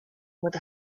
with